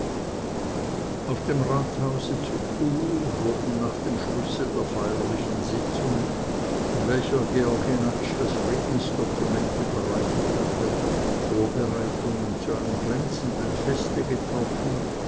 auf dem rathause zu chur wurden nach dem schlusse der feierlichen sitzung in welcher georg jenatsch das friedensdokument überreicht hatte vorbereitungen zu einem glänzenden feste getroffen